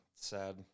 Sad